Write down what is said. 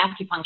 acupuncture